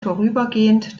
vorübergehend